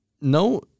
No